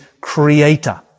creator